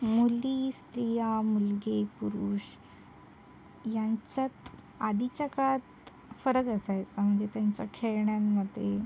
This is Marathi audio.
मुली स्त्रिया मुलगे पुरुष यांच्यात आधीच्या काळात फरक असायचा म्हणजे त्यांच्या खेळण्यांमध्ये